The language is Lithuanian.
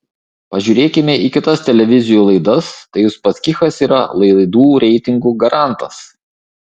pažiūrėkime į kitas televizijų laidas tai uspaskichas yra laidų reitingų garantas